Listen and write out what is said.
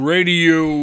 Radio